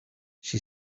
she